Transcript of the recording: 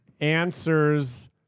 answers